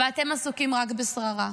אבל אתם עסוקים רק בשררה.